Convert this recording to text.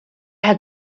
had